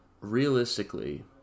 Realistically